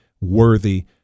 worthy